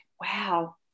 wow